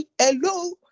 Hello